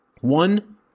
one